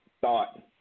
thought